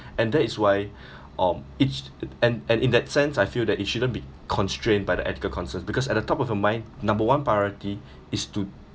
and that is why um each and and in that sense I feel that it shouldn't be constrained by the ethical concerns because at the top of your mind number one priority is to